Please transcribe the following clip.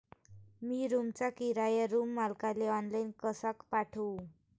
मी रूमचा किराया रूम मालकाले ऑनलाईन कसा पाठवू?